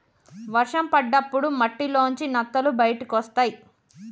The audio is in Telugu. వర్షం పడ్డప్పుడు మట్టిలోంచి నత్తలు బయటకొస్తయ్